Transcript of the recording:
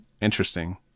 Interesting